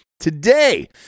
today